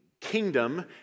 kingdom